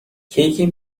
کیک